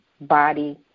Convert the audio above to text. body